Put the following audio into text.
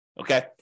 okay